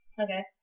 Okay